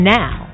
now